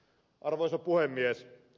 arvoisa puhemies